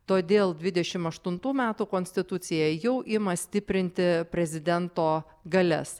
todėl dvidešim aštuntų metų konstitucija jau ima stiprinti prezidento galias